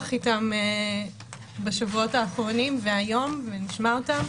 איתם בשבועות האחרונים והיום נשמע אותם,